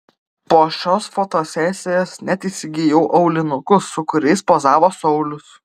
po šios fotosesijos net įsigijau aulinukus su kuriais pozavo saulius